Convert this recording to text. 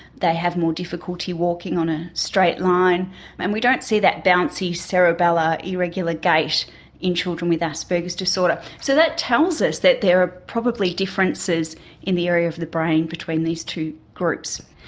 they have more difficulty walking on a straight line and we don't see that bouncy, cerebella, irregular gait in children with asperger's disorder. so that tells us that there are probably differences in the area of the brain between these two groups.